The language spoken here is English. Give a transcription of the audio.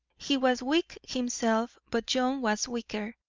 he was weak himself, but john was weaker,